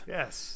Yes